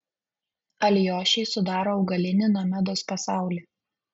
alijošiai sudaro augalinį nomedos pasaulį